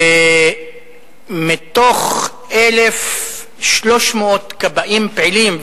ומתוך 1,300 כבאים פעילים,